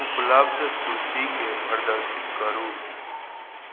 उपलब्ध सूचीकेँ प्रदर्शित करू